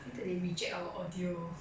later they reject our audio